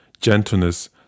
gentleness